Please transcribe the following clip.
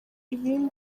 ibindi